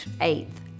eighth